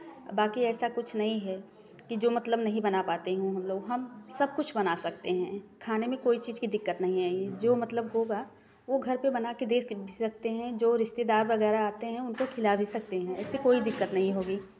बाकी ऐसा कुछ नहीं है कि जो मतलब नहीं बना पाते हैं हम लोग हम सब कुछ बना सकते हैं खाने में कोई चीज की दिक्कत नहीं आएगी जो मतलब होगा वो घर पर बना कर दे भी सकते हैं जो रिश्तेदार वगेरह आते हैं उनको खिला भी सकते हैं ऐसी कोई दिक्कत नहीं होगी